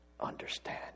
understand